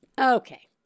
Okay